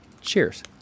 Cheers